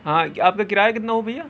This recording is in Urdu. ہاں آپ کا کرایہ کتنا ہوا بھیا